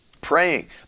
praying